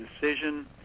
decision